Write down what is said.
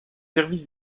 services